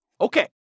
Okay